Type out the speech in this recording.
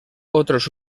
otros